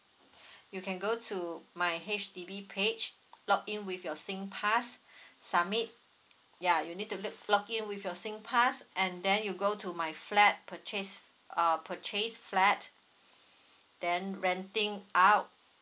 you can go to my H_D_B page log in with your singpass submit yeah you need to log log in with your singpass and then you go to my flat purchased uh purchased flat then renting out